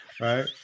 right